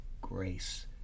grace